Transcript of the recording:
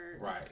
Right